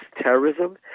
terrorism